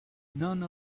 none